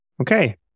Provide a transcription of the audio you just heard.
Okay